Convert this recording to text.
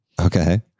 okay